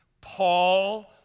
Paul